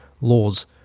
laws